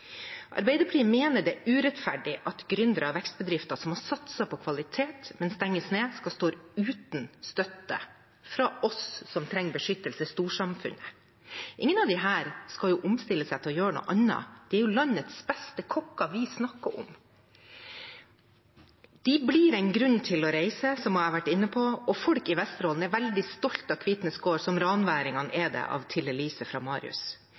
Arbeiderpartiet mener det er urettferdig at gründere og vekstbedrifter, som har satset på kvalitet, men stenges ned, skal stå uten støtte fra oss, storsamfunnet, når de trenger beskyttelse. Ingen av disse skal omstille seg til å gjøre noe annet. Det er jo landets beste kokker vi snakker om. De gir oss en grunn til å reise, som jeg har vært inne på, og folk i Vesterålen er veldig stolte av Kvitnes gård, som ranværingene er det av Til Elise fra Marius.